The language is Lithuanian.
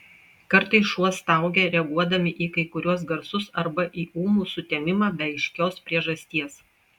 kartais šuo staugia reaguodami į kai kuriuos garsus arba į ūmų sutemimą be aiškios priežasties